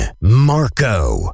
Marco